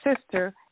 sister